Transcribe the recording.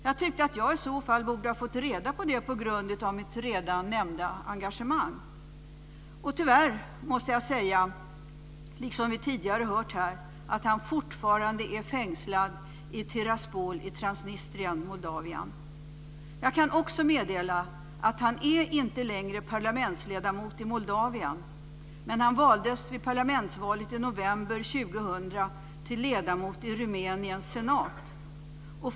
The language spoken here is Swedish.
Jag tyckte att jag i så fall borde ha fått reda på det på grund av mitt redan nämnda engagemang. Tyvärr måste jag säga att han fortfarande är fängslad i Tiraspol i Transnistrien i Moldavien, som vi tidigare har hört här. Jag kan också meddela att han inte längre är parlamentsledamot i Moldavien. Men vid parlamentsvalet i november år 2000 valdes han till ledamot i Rumäniens senat.